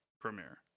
premiere